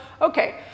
okay